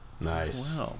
nice